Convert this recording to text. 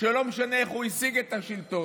שלא משנה איך הוא השיג את השלטון,